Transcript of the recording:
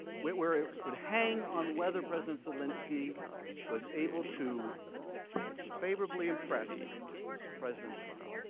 where it where it would hang on whether president zelensky was able to favorably impressed president trump.